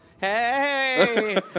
Hey